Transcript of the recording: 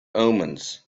omens